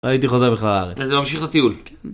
‫הייתי חוזר בכלל לארץ. ‫אז אתה ממשיך את הטיול. כן...